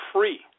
Free